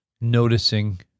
noticing